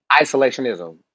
Isolationism